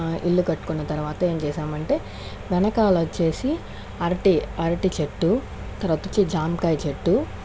ఇల్లు కట్టుకున్న తర్వాత ఏం చేసామంటే వెనకాల వచ్చేసి అరటి అరటి చెట్టు తర్వాత వచ్చేసి జామకాయ చెట్టు